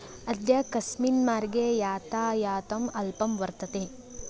अद्य कस्मिन् मार्गे यातायातम् अल्पं वर्तते